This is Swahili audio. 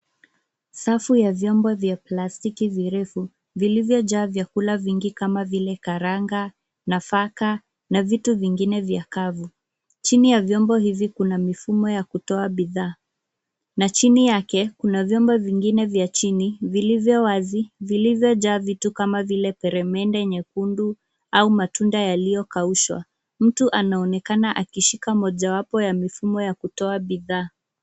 Safu ya vyombo vya plastiki virevu. Vilivyo jaa vyakula vingi kama vile karanga, nafaka, na vitu vingine vya kavu. Chini ya vyombo hizi kuna mifumo ya kutoa bithaa. Na chini yake, kuna vyombo vingine vya chini, vilivyo wazi, vilivyo jaa vitu kama vile peremende nyekundu, au matunda yaliyokaushwa. Mtu anaonekana akishika moja wapo ya mifumo ya kutoa bidhaa.